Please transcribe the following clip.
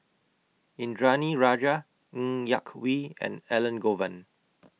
Indranee Rajah Ng Yak Whee and Elangovan